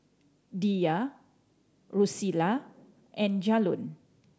Diya Drusilla and Jalon